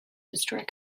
destroyer